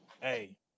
hey